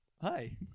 hi